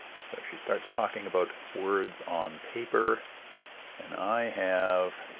so, she starts talking about words on paper and i have,